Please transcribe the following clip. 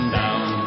down